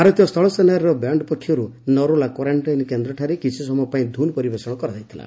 ଭାରତୀୟ ସ୍ଥଳସେନାର ବ୍ୟାଣ୍ଡ ପକ୍ଷରୁ ନରେଲା କ୍ୱାରାଣ୍ଟାଇନ କେନ୍ଦ୍ରଠାରେ କିଛି ସମୟ ପାଇଁ ଧୂନ୍ ପରିବେଷଣ କରାଯାଇଥିଲା